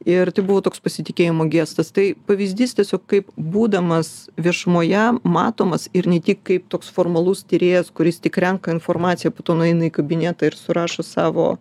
ir tai buvo toks pasitikėjimo gestas tai pavyzdys tiesiog kaip būdamas viešumoje matomas ir ne tik kaip toks formalus tyrėjas kuris tik renka informaciją po to nueina į kabinetą ir surašo savo